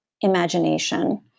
imagination